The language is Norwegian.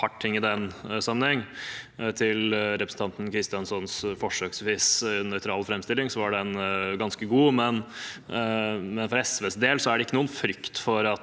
i den sammenheng. Representanten Kristjánssons forsøksvis nøytrale framstilling var ganske god, men for SVs del er det ingen frykt for at